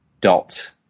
dot